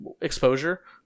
exposure